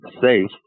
safe